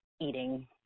eating